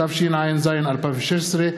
התשע"ז 2016,